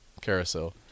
carousel